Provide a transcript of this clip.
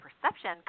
perception